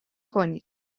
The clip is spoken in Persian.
کنید